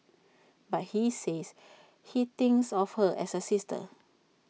but he says he thinks of her as A sister